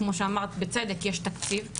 כמו שאמרת בצדק, יש תקציב.